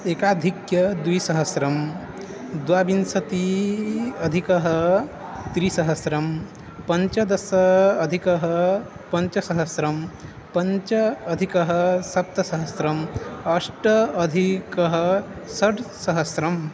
एकाधिक द्विसहस्रं द्वाविंशत्यधिक त्रिसहस्रं पञ्चदशाधिक पञ्चसहस्रं पञ्चाधिक सप्तसहस्रम् अष्टाधिक षड्सहस्रम्